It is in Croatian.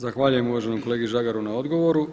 Zahvaljujem uvaženom kolegi Žagaru na odgovoru.